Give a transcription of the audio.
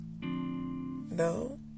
No